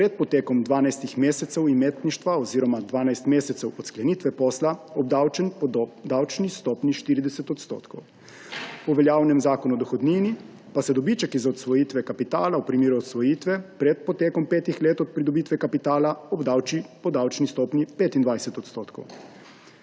pred potekom 12 mesecev imetništva oziroma 12 mesecev od sklenitve posla obdavčen po davčni stopnji 40 %. Po veljavnem Zakonu o dohodnini pa se dobiček iz odsvojitve kapitala v primeru odsvojitve pred potekom petih let od pridobitve kapitala obdavči po davčni stopnji 25 %.